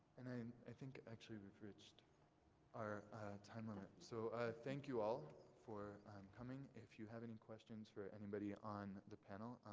and i um i think actually we've reached our time limit, so thank you all for coming, if you have any questions for anybody on the panel,